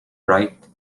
bright